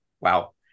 wow